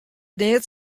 neat